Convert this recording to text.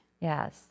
yes